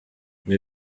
ibi